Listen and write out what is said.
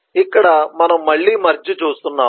ఇక్కడ మనము మళ్ళీ మెర్జ్ చేస్తున్నాము